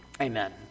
Amen